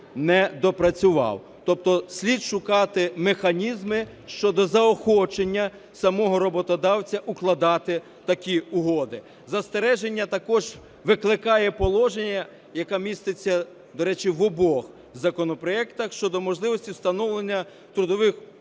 недопрацював. Тобто слід шукати механізми щодо заохочення самого роботодавця укладати такі угоди. Застереження також викликає положення, яке міститься, до речі, в обох законопроектах, щодо можливості встановлення в трудових